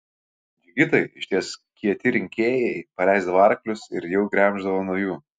džigitai iš ties kieti rinkėjai paleisdavo arklius ir jau gremždavo nuo jų